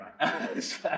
right